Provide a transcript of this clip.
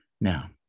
Now